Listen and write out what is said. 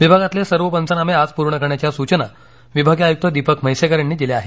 विभागातले सर्व पंचनामे आज पूर्ण करण्याच्या सूचना विभागीय आयुक्त दीपक म्हैसेकर यांनी दिल्या आहेत